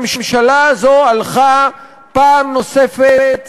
הממשלה הזו הלכה פעם נוספת